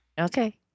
Okay